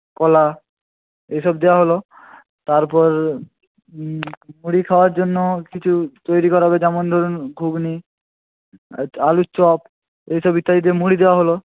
কলা এইসব দেওয়া হল তারপর মুড়ি খাওয়ার জন্য কিছু তৈরি করা হবে যেমন ধরুন ঘুগনি আলুর চপ এইসব ইত্যাদি দিয়ে মুড়ি দেওয়া হল